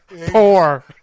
Poor